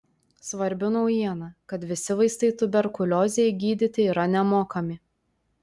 svarbi naujiena kad visi vaistai tuberkuliozei gydyti yra nemokami